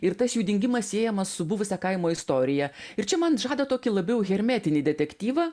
ir tas jų dingimas siejamas su buvusia kaimo istorija ir čia man žada tokį labiau hermetinį detektyvą